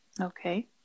Okay